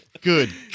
Good